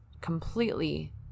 completely